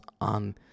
on